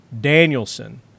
Danielson